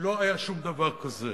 לא היה שום דבר כזה.